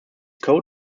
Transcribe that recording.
coat